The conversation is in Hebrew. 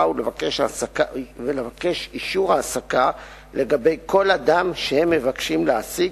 ולבקש אישור העסקה לגבי כל אדם שהם מבקשים להעסיק,